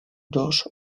dos